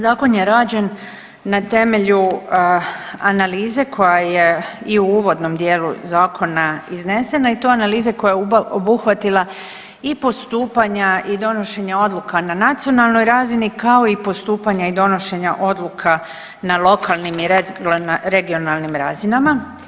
Zakon je rađen na temelju analize koja je i u uvodnom dijelu iznesena i to analize koja je obuhvatila i postupanja i donošenja odluka na nacionalnoj razini kao i postupanja i donošenja odluka na lokalnim i regionalnim razinama.